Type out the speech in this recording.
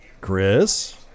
Chris